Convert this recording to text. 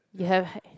you have h~